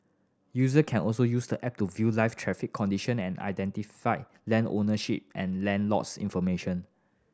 user can also use the app to view live traffic condition and identify land ownership and land lots information